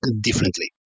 differently